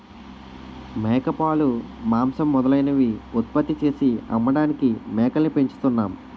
మేకపాలు, మాంసం మొదలైనవి ఉత్పత్తి చేసి అమ్మడానికి మేకల్ని పెంచుతున్నాం